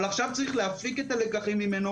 אבל עכשיו צריך להפיק את הלקחים ממנו